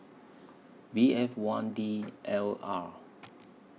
B F one D L R